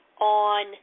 on